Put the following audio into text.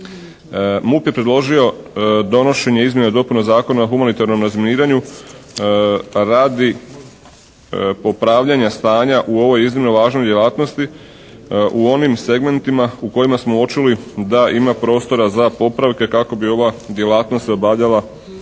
MUP je predložio donošenje Izmjena i dopuna Zakona o humanitarnom razminiranju radi popravljanja stanja u ovoj iznimno važnoj djelatnosti u onim segmentima u kojima smo uočili da ima prostora za propravke kako bi ova djelatnost se obavljala